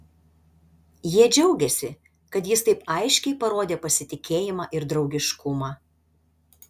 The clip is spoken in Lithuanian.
jie džiaugėsi kad jis taip aiškiai parodė pasitikėjimą ir draugiškumą